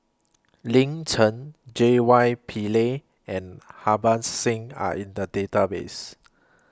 Lin Chen J Y Pillay and Harbans Singh Are in The Database